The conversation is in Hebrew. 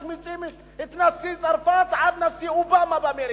משמיצים את נשיא צרפת עד הנשיא אובמה באמריקה.